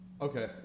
Okay